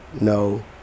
no